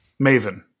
Maven